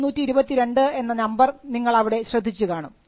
4534322 എന്ന നമ്പർ നിങ്ങൾ അവിടെ ശ്രദ്ധിച്ചു കാണും